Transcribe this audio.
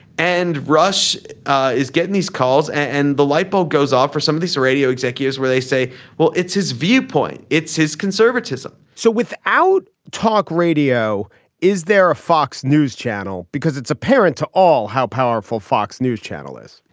and rush is getting these calls and the light bulb goes off for some of these radio executives where they say well it's his viewpoint it's his conservatism so without talk radio is there a fox news channel because it's apparent to all how powerful fox news channel is.